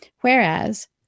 whereas